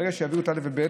ברגע שיעבירו את א' וב',